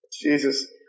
Jesus